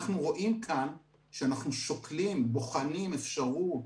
אנחנו רואים כאן שאנחנו שוקלים, בוחנים אפשרות